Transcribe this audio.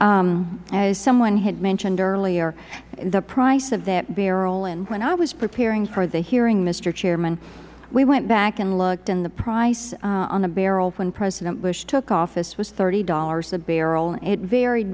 as someone had mentioned earlier the price of that barrel and when i was preparing for the hearing mister chairman we went back and looked and the price on a barrel when president bush took office was thirty dollars a barrel it v